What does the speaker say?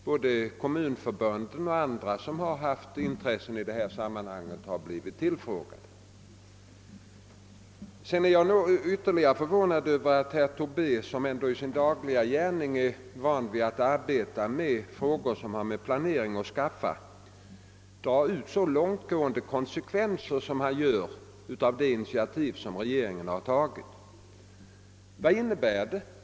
Både kommunförbunden och andra som haft intressen att bevaka i detta sammanhang har blivit tillfrågade. Vidare är jag förvånad över att herr Tobé, som ändå i sin dagliga gärning är van vid att arbeta med frågor som har med planering att skaffa, drar så långtgående slutsatser rörande konsekvenserna av det initiativ som regeringen har tagit. Vad innebär detta initiativ?